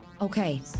Okay